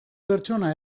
pertsona